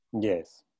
yes